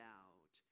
out